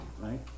right